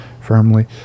firmly